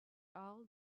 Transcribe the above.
all